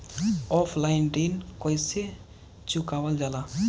Offline ऋण कइसे चुकवाल जाला?